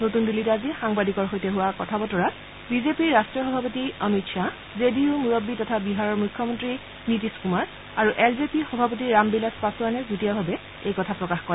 নতুন দিল্লীত আজি সাংবাদিকৰ সৈতে হোৱা কথা বতৰাত বিজেপিৰ ৰাষ্ট্ৰীয় সভাপতি অমিত খাহ জে ডি ইউৰ মূৰব্বী তথা বিহাৰৰ মুখ্যমন্তী নীতিশ কুমাৰ আৰু এল জে পিৰ সভাপতি ৰাম বিলাস পাছোৱানে যুটীয়াভাৱে এই কথা প্ৰকাশ কৰে